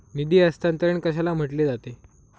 निधी हस्तांतरण कशाला म्हटले जाते?